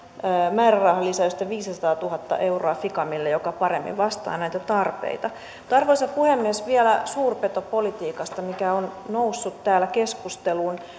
määrärahalisäystä viisisataatuhatta euroa ficamille joka paremmin vastaa näitä tarpeita arvoisa puhemies vielä suurpetopolitiikasta mikä on noussut täällä keskusteluun